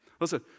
Listen